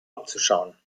abzuschauen